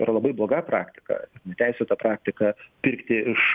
yra labai bloga praktika neteisėta praktika pirkti iš